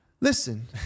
Listen